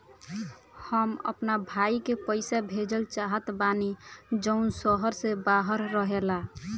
हम अपना भाई के पइसा भेजल चाहत बानी जउन शहर से बाहर रहेला